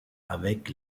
avec